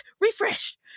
Refresh